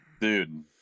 dude